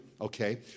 Okay